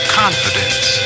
confidence